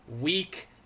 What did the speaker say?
week